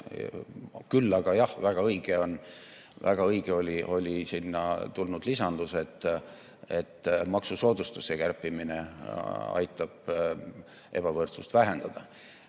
Küll aga jah, väga õige oli sinna tulnud lisandus, et maksusoodustuste kärpimine aitab ebavõrdsust vähendada.